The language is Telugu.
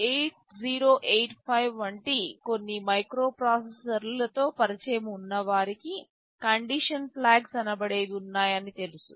8085 వంటి కొన్ని మైక్రోప్రాసెసర్ల తో పరిచయం ఉన్నవారికి కండిషన్ ఫ్లాగ్స్ అనబడేవి ఉన్నాయని తెలుసు